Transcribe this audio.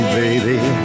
baby